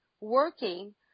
working